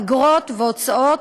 אגרות והוצאות